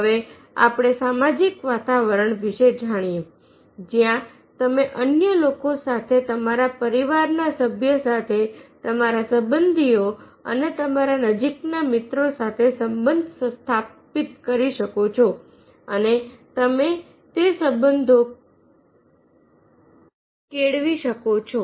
હવે આપણે સામાજિક વાતાવરણ વિશે જાણીએ જ્યાં તમે અન્ય લોકો સાથે તમારા પરિવારના સભ્ય સાથે તમારા સંબંધીઓ અને તમારા નજીકના મિત્રો સાથે સંબંધ સ્થાપિત કરી શકો છો અને તમે તે સંબંધો કેળવી પણ શકો છો